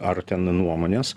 ar ten nuomonės